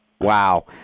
Wow